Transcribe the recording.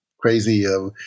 crazy